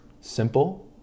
Simple